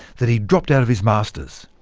that he dropped out of his masters!